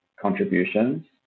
contributions